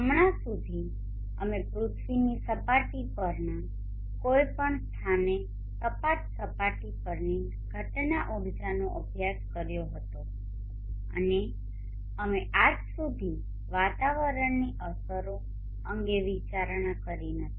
હમણાં સુધી અમે પૃથ્વીની સપાટી પરના કોઈપણ સ્થાને સપાટ સપાટી પરની ઘટના ઉર્જાનો અભ્યાસ કર્યો હતો અને અમે આજ સુધી વાતાવરણની અસરો અંગે વિચારણા કરી નથી